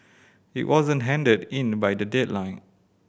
it wasn't handed in the by the deadline